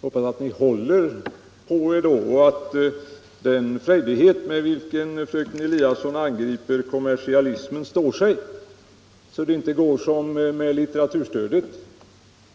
Jag hoppasatt ni håller fast er då och att den frejdighet med vilken fröken Eliasson angriper kommersialismen står sig, så att inte ni gör här som med litteraturstödet